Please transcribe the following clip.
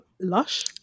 Lush